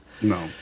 No